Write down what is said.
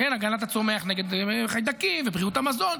הגנת הצומח נגד חיידקים ובריאות המזון,